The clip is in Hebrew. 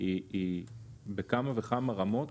היא בכמה וכמה רמות